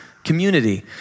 community